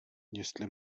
jestli